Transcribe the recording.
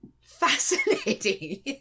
Fascinating